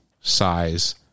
size